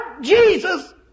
Jesus